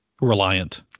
Reliant